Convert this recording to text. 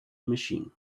machine